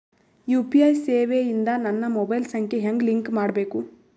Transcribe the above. UPI ಸೇವೆ ಇಂದ ನನ್ನ ಮೊಬೈಲ್ ಸಂಖ್ಯೆ ಹೆಂಗ್ ಲಿಂಕ್ ಮಾಡಬೇಕು?